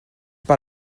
par